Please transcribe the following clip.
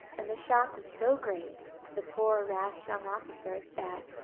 and the shock was so great to the poor, rash young officer, that,